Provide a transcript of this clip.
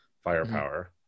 firepower